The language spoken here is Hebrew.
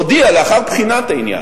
לאחר בחינת העניין,